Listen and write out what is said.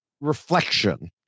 reflection